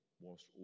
whilst